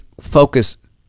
focus